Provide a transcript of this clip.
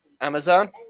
Amazon